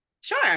Sure